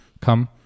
come